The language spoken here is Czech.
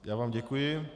Já vám děkuji.